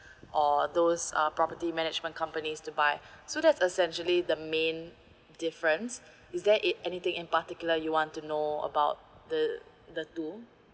or those uh property management companies to buy so that's essentially the main difference is that it anything in particular you want to know about the the two